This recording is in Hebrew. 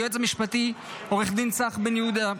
ליועץ המשפטי עו"ד צח בן יהודה,